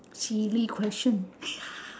silly question ya